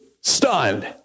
stunned